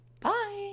bye